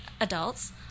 adults